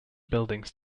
buildings